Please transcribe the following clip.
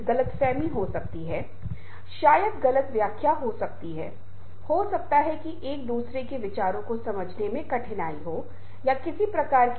और जैसा कि आप चर्चा करेंगे क्योंकि हम आगे बढ़ते हैं कि आपके नरम कौशल और आपकी क्षमताओं और आपकी संवेदनाओं के विकास के संदर्भ में इस तरह की सुनवाई बहुत प्रासंगिक है